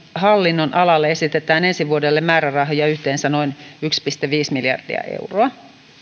hallinnonalalle esitetään ensi vuodelle määrärahoja yhteensä noin yksi pilkku viisi miljardia euroa